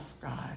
God